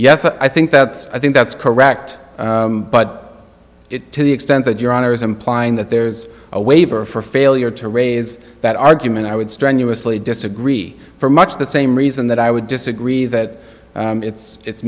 yes i think that's i think that's correct but it to the extent that your honor is implying that there's a waiver for failure to raise that argument i would strenuously disagree for much the same reason that i would disagree that it's